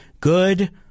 Good